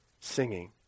singing